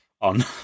On